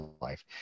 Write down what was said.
life